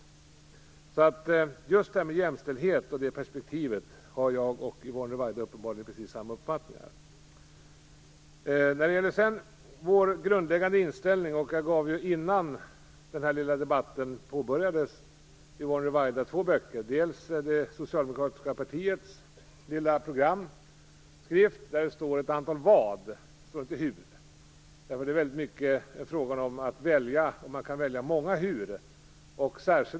Just när det gäller perspektivet på jämställdheten har Yvonne Ruwaida och jag uppenbarligen samma uppfattningar. Innan den här debatten påbörjades gav jag Yvonne Ruwaida två böcker. Den ena var det socialdemokratiska partiets lilla programskrift som innehåller ett antal "vad" och inte "hur". Man kan nämligen välja många "hur".